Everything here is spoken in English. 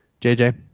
JJ